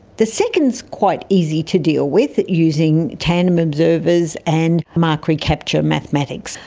the second's quite easy to deal with using tandem observers and mark-recapture mathematics.